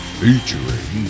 featuring